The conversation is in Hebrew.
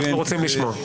זה לא לגמרי הוגן,